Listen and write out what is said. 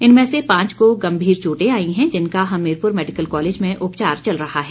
इनमें से पांच को गंभीर चोटे आई हैं जिनका हमीरपुर मैडिकल कॉलेज में उपचार चल रहा है